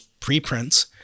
preprints